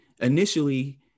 initially